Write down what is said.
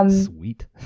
Sweet